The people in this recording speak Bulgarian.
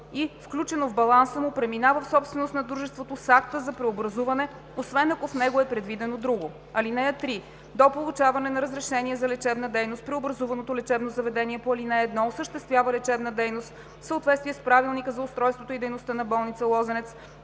и включено в баланса му, преминава в собственост на дружеството с акта за преобразуване, освен ако в него е предвидено друго. (3) До получаване на разрешение за лечебна дейност преобразуваното лечебно заведение по ал. 1 осъществява лечебна дейност в съответствие с Правилника за устройството и дейността на болница „Лозенец“,